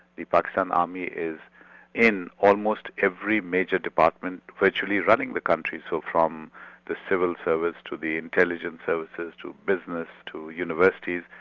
the pakistan but and army is in almost every major department virtually running the country. so from the civil service to the intelligence services, to business, to universities,